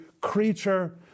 creature